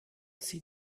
sie